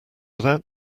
without